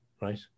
right